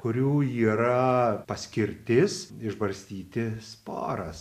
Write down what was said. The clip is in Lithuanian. kurių yra paskirtis išbarstyti sporas